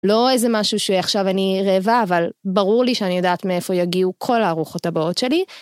לא איזה משהו שעכשיו אני רעבה, אבל ברור לי שאני יודעת מאיפה יגיעו כל הארוחות הבאות שלי.